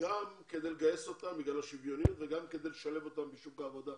גם בגלל השוויוניות וגם כדי לשלב אותם בשוק העבודה.